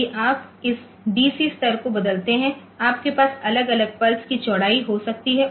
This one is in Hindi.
यदि आप इस डीसी स्तर को बदलते हैं आपके पास अलग अलग पल्स की चौड़ाई हो सकती है